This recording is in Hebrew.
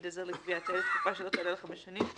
עזר לגבייה תהא לתקופה שלא תעלה על חמש שנים,